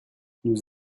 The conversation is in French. nous